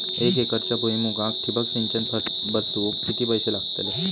एक एकरच्या भुईमुगाक ठिबक सिंचन बसवूक किती पैशे लागतले?